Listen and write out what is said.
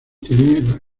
tienen